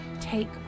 take